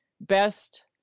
best